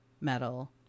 metal